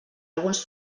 alguns